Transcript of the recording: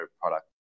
product